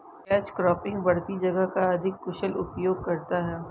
catch cropping बढ़ती जगह का अधिक कुशल उपयोग करता है